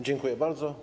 Dziękuję bardzo.